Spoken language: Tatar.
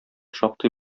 шактый